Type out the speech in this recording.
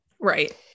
right